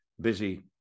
busy